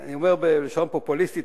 אני אומר בלשון פופוליסטית,